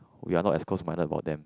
we are not as close minded about them